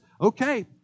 okay